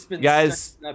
Guys